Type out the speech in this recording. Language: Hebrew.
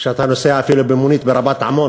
כשאתה נוסע אפילו במונית ברבת-עמון